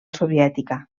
soviètica